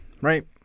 right